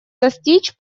достичь